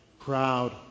proud